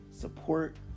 support